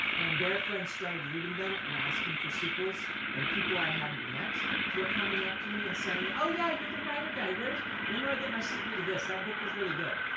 and their friends started reading them and asking for sequels, and people i hadn't met were coming up to me and saying, oh, yeah, you're the writer guy. when do i get my sequel to this? that book was really good.